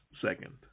second